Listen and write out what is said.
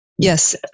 Yes